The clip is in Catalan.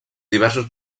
diversos